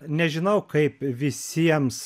nežinau kaip visiems